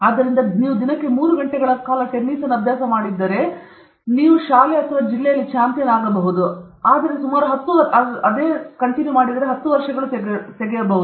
ಆದ್ದರಿಂದ ನೀವು ದಿನಕ್ಕೆ ಮೂರು ಗಂಟೆಗಳ ಕಾಲ ಟೆನ್ನಿಸ್ ಅನ್ನು ಅಭ್ಯಾಸ ಮಾಡುತ್ತಿದ್ದರೆ ನೀವು ಶಾಲೆ ಅಥವಾ ಜಿಲ್ಲೆಯಲ್ಲಿ ಚಾಂಪಿಯನ್ ಆಗಲು ಅಥವಾ ಅದು ಏನೇ ಇರಲಿ ಅದನ್ನು ಸುಮಾರು ಹತ್ತು ವರ್ಷಗಳು ತೆಗೆದುಕೊಳ್ಳುತ್ತದೆ